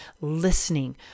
listening